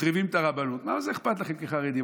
מחריבים את הרבנות, מה זה אכפת לכם כחרדים?